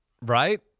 Right